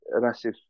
massive